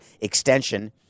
extension